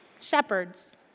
shepherds